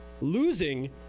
losing